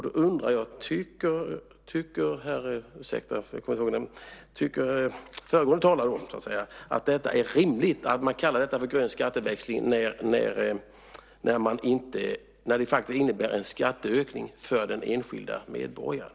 Då undrar jag: Tycker föregående talare att det är rimligt att man kallar detta för grön skatteväxling när det faktiskt innebär en skatteökning för den enskilda medborgaren?